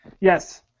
Yes